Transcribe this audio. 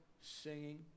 singing